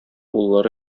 уллары